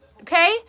Okay